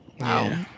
wow